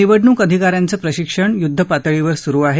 निवडणूक अधिका यांचं प्रशिक्षण युध्दपातळीवर सुरु आहे